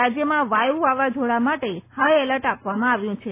રાજ્યમાં વાયુવાવાઝોડા માટે ફાઇએલર્ટ આપવામાં આવ્યું છે